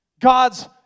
God's